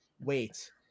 wait